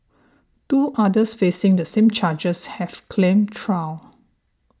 two others facing the same charges have claimed trial